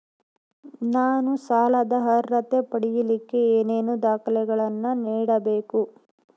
ನಾನು ಸಾಲದ ಅರ್ಹತೆ ಪಡಿಲಿಕ್ಕೆ ಏನೇನು ದಾಖಲೆಗಳನ್ನ ನೇಡಬೇಕು?